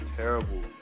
terrible